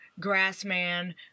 grassman